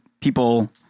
people